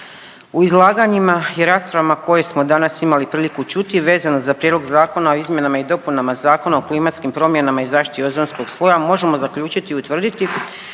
U izlaganjima i raspravama koje smo danas imali priliku čuti vezano za Prijedlog zakona o izmjenama i dopunama Zakona o klimatskim promjenama i zaštiti ozonskog sloja možemo zaključiti i utvrditi